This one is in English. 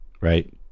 right